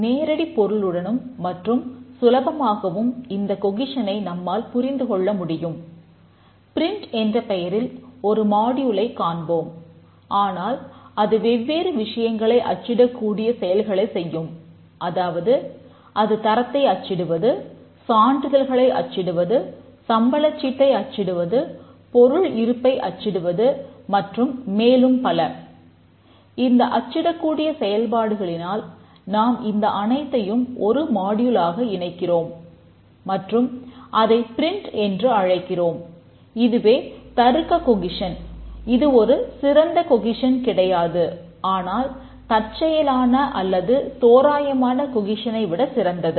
நேரடிப் பொருளுடனும் மற்றும் சுலபமாகவும் இந்த கொகிசனை விடச் சிறந்தது